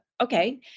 okay